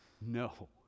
No